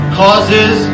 causes